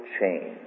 change